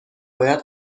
باید